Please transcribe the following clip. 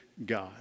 God